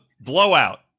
blowout